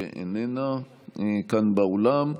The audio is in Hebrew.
שאיננה כאן באולם.